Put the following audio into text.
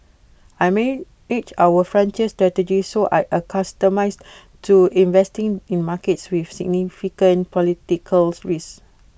I manage our frontier strategy so I accustomed to investing in markets with significant political risk